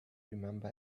remember